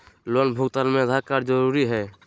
Loan भुगतान में Aadhaar card जरूरी है?